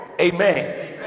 Amen